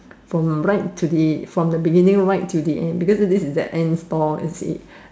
from right from the beginning right to the end because this is a end stall